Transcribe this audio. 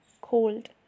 cold